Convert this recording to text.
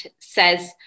says